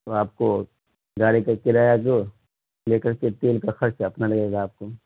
تو آپ کو گاڑی کا کرایہ جو لے کر کے تیل کا خرچ اپنا لگے گا آپ کو